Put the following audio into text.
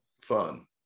fun